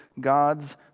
God's